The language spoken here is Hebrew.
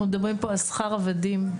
אנחנו מדברים פה על שכר עבדים,